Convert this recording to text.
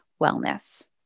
wellness